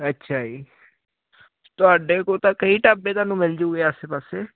ਅੱਛਾ ਜੀ ਤੁਹਾਡੇ ਕੋਲ ਤਾਂ ਕਈ ਢਾਬੇ ਤੁਹਾਨੂੰ ਮਿਲਜੂਗੇ ਆਸੇ ਪਾਸੇ